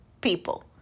people